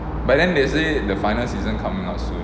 but then they say the final season coming out soon